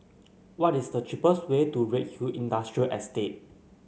what is the cheapest way to Redhill Industrial Estate